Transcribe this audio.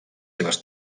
seves